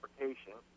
interpretation